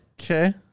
Okay